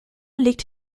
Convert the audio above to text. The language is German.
liegt